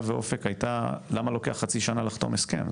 ואופק הייתה למה לוקח חצי שנה לחתום הסכם?